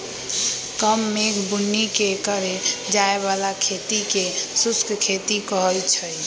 कम मेघ बुन्नी के करे जाय बला खेती के शुष्क खेती कहइ छइ